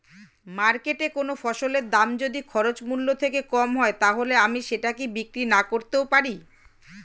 মার্কেটৈ কোন ফসলের দাম যদি খরচ মূল্য থেকে কম হয় তাহলে আমি সেটা কি বিক্রি নাকরতেও পারি?